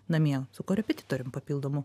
namie su korepetitorium papildomų